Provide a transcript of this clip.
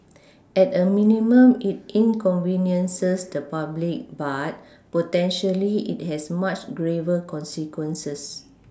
at a minimum it inconveniences the public but potentially it has much graver consequences